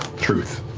truth.